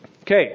Okay